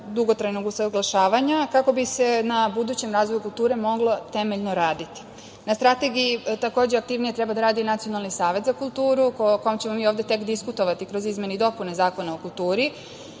dugotrajnog usaglašavanja kako bi se na budućem razvoju kulture moglo temeljno raditi. Na strategiji, takođe, aktivnije treba da radi i Nacionalni savet za kulturu o kome ćemo mi ovde tek diskutovati kroz izmene i dopune Zakona o kulturi. Kao